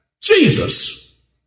Jesus